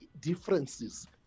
differences